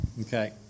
okay